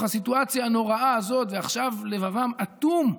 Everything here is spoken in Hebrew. הסיטואציה הנוראה הזאת ועכשיו לבבם אטום.